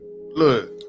Look